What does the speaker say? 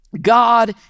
God